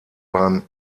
beim